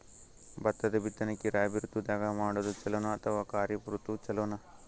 ಭತ್ತದ ಬಿತ್ತನಕಿ ರಾಬಿ ಋತು ದಾಗ ಮಾಡೋದು ಚಲೋನ ಅಥವಾ ಖರೀಫ್ ಋತು ಚಲೋನ?